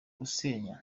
gusenya